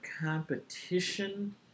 competition